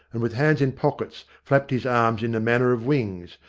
and with hands in pockets, flapped his arms in the manner of wings,